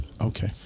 okay